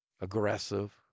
aggressive